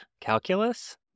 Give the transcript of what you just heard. calculus